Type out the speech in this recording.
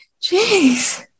jeez